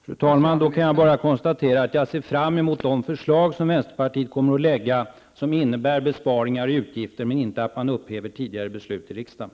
Fru talman! Då kan jag bara konstatera att jag ser fram emot de förslag som vänsterpartiet kommer att presentera, som innebär besparingar i utgifter men inte att man upphäver tidigare beslut i riksdagen.